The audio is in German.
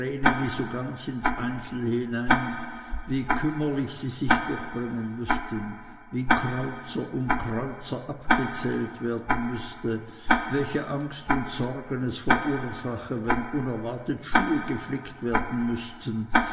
so ganz ins einzelne hinein wie kümmerlich sie sich durchbringen müßten wie kreuzer um kreuzer abgezählt werden müßte welche angst und sorgen es verursache wenn unerwartet schuhe geflickt werden müßten